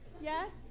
Yes